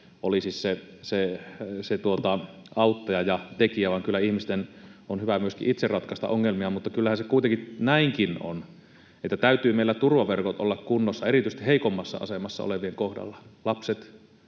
olisi se auttaja ja tekijä, vaan kyllä ihmisten on hyvä myöskin itse ratkaista ongelmiaan. Mutta kyllähän se kuitenkin näinkin on, että täytyy meillä turvaverkot olla kunnossa erityisesti heikommassa asemassa olevien kohdalla: lapset,